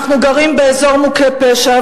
אנחנו גרים באזור מוכה פשע,